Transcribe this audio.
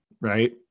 Right